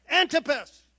Antipas